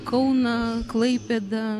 kauną klaipėdą